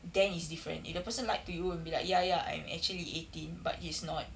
then is different if the person lied to you will be like ya ya I'm actually eighteen but he's not